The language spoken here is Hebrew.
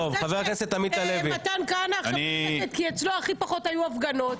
זה שמתן כהנא עכשיו בשקט כי אצלו היו הכי פחות הפגנות,